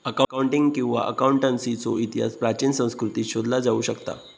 accounting किंवा अकाउंटन्सीचो इतिहास प्राचीन संस्कृतींत शोधला जाऊ शकता